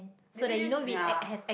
maybe just ya